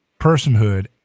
personhood